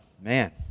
Man